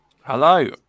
Hello